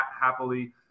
happily